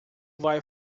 vai